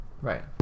Right